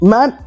Man